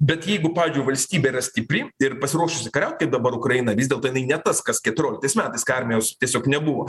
bet jeigu pavyzdžiui valstybė yra stipri ir pasiruošusi kariaut kaip dabar ukraina vis dėlto jinai ne tas kas keturioliktais metais kai armijos tiesiog nebuvo